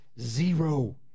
zero